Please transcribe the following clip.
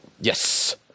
Yes